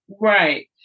Right